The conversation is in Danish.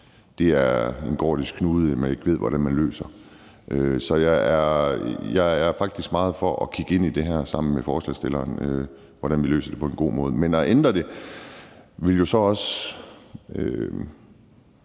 Det er en gordisk knude, man ikke ved hvordan man løser op, så jeg er faktisk meget for at kigge ind i det her sammen med forslagsstillerne og se, hvordan vi løser det på en god måde. Men at ændre det ville jo så også